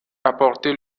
apporter